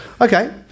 okay